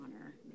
honor